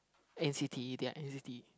n_c_t their n_c_t